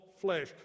flesh